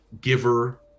giver